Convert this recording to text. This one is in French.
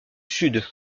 sud